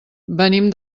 venim